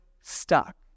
stuck